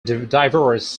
divorce